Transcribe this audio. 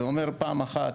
זה אומר שפעם אחת,